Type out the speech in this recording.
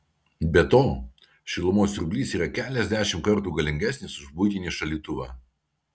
be to šilumos siurblys yra keliasdešimt kartų galingesnis už buitinį šaldytuvą